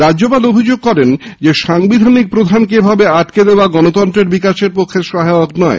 রাজ্যপাল অভিযোগ করেন সাংবিধানিক প্রধানকে এভাবে আটকে দেওয়া গণতন্ত্রের বিকাশের পক্ষে সহায়ক নয়